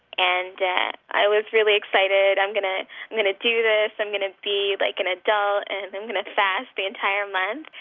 and yeah i was really excited. i'm gonna gonna do this. i'm gonna be like an adult, and i'm gonna fast the entire month.